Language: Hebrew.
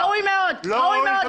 ראוי מאוד, ראוי מאוד, ראוי מאוד.